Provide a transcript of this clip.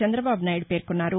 చంద్రబాబు నాయుడు పేర్కొన్నారు